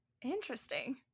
Interesting